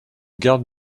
garde